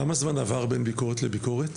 כמה זמן עבר בין ביקורת לביקורת?